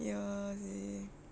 ya seh